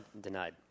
Denied